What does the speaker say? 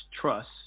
Trust